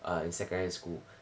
err in secondary school